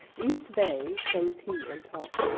east bay, some tea and talk,